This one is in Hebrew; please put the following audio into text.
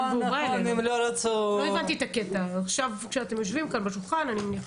עכשיו כשאתם יושבים כאן בשולחן אני מניחה